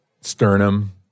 Sternum